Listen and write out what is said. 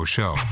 Show